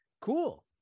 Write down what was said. cool